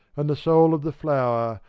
and the soul of the flower,